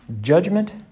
judgment